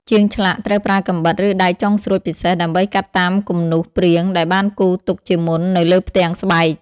ជាងឆ្លាក់ត្រូវប្រើកាំបិត ឬដែកចុងស្រួចពិសេស ដើម្បីកាត់តាមគំនូសព្រាងដែលបានគូរទុកជាមុននៅលើផ្ទាំងស្បែក។